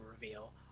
reveal